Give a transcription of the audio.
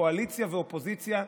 קואליציה ואופוזיציה.